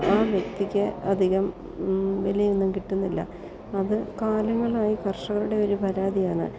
ആ വ്യക്തിക്ക് അധികം വിലയൊന്നും കിട്ടുന്നില്ല അതു കാലങ്ങളായി കർഷകരുടെ ഒരു പരാതിയാണ്